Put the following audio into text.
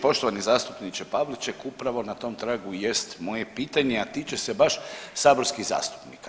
Poštovani zastupniče Pavliček, upravo na tom tragu i jest moje pitanje, a tiče se baš saborskih zastupnika.